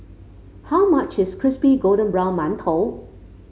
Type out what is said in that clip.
how much is Crispy Golden Brown Mantou